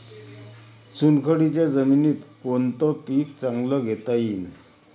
चुनखडीच्या जमीनीत कोनतं पीक चांगलं घेता येईन?